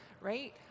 Right